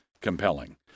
compelling